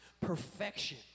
perfection